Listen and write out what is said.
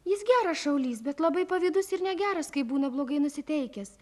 jis geras šaulys bet labai pavydus ir negeras kai būna blogai nusiteikęs